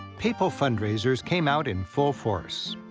papal fundraisers came out in full force.